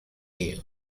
you